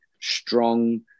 strong